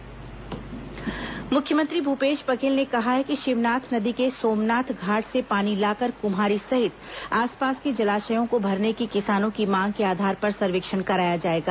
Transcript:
मुख्यमंत्री दौरा मुख्यमंत्री भूपेश बघेल ने कहा है कि शिवनाथ नदी के सोमनाथ घाट से पानी लाकर कुम्हारी सहित आसपास के जलाशयों को भरने की किसानों की मांग के आधार पर सर्वेक्षण कराया जाएगा